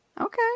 Okay